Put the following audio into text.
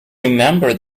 remember